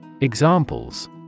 Examples